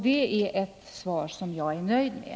Det är ett svar som jag är nöjd med.